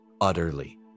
utterly